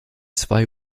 zwei